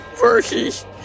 versus